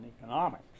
economics